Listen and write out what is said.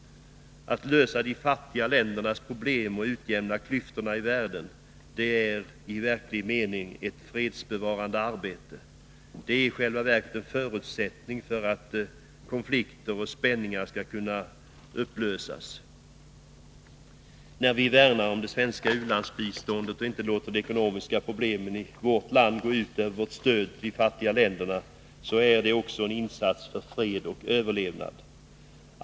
Att lösa de fattiga ländernas problem och utjämna klyftorna i världen är i verklig mening ett fredsbevarande arbete. Det är i själva verket en förutsättning för att konflikter och spänningar skall kunna upplösas. När vi värnar om det svenska u-landsbiståndet och inte låter de ekonomiska problemen i vårt land gå ut över vårt stöd till de fattiga länderna är också det en insats för fred och överlevnad.